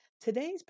Today's